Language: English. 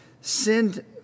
send